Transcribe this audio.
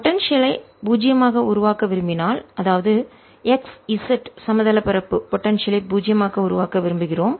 potential ஐ பூஜ்ஜியமாக உருவாக்க விரும்பினால்அதாவது x z சமதள பரப்பு தட்டையான பரப்பு போடன்சியல் ஐ பூஜ்ஜியமாக உருவாக்க விரும்புகிறோம்